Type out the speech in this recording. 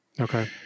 Okay